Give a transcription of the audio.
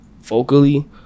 vocally